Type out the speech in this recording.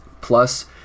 Plus